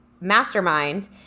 mastermind